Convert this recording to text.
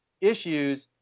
issues